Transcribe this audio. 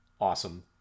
awesome